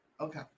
Okay